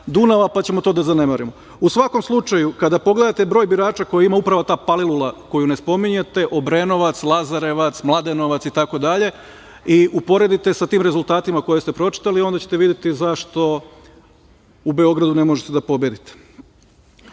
Dunava, pa ćemo to da zanemarimo.U svakom slučaju, kada pogledate broj birača koji ima upravo ta Palilula, koju ne spominjete, Obrenovac, Lazarevac, Mladenovac itd. i uporedite sa tim rezultatima koje ste pročitali, onda ćete videti zašto u Beogradu ne možete da pobedite.